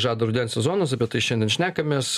žada rudens sezonas apie tai šiandien šnekamės